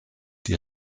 die